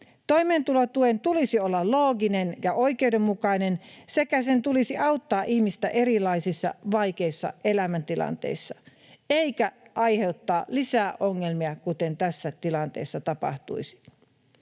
Toimeentulotuen tulisi olla looginen ja oikeudenmukainen sekä sen tulisi auttaa ihmistä erilaisissa vaikeissa elämäntilanteissa eikä aiheuttaa lisää ongelmia, kuten tässä tilanteessa tapahtuisi.